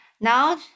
now